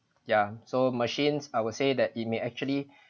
ya so machines I will say that it may actually